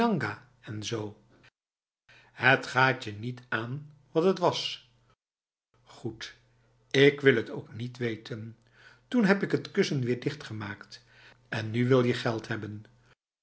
en zob het gaat je niet aan wat het was goed ik wil het ook niet weten toen heb ik het kussen weer dichtgemaakt en nu wil je geld hebben